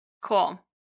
Cool